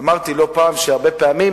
אמרתי לא פעם שהרבה פעמים